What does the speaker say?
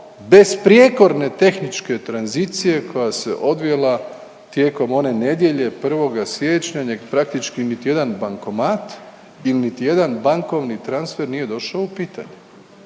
besprijekorne tehničke tranzicije koja se odvila tijekom one nedjelje 1. siječnja praktički niti jedan bankomat ili niti jedan bankovni transfer nije došao u pitanje.